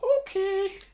okay